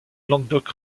languedoc